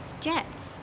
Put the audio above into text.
jets